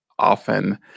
often